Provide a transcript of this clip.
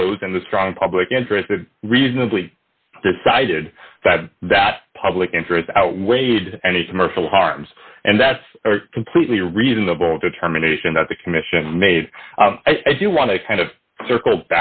those in the strong public interest a reasonably decided that that public interest outweighed any commercial harms and that's completely reasonable determination that the commission made i do want to kind of circle